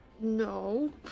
No